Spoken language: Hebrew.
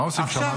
--- מה עושים שם?